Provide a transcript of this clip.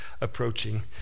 approaching